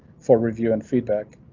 for review and feedback,